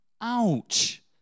Ouch